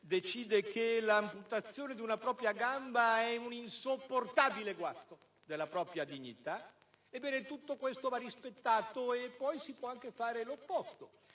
decide che l'amputazione di una propria gamba è un insopportabile guasto della propria dignità, tutto questo va rispettato. Poi si può anche fare l'opposto